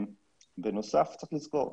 בנוסף צריך לזכור,